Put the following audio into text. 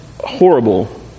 horrible